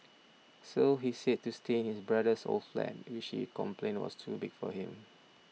so he said to stay in his brother's old flat which he complained was too big for him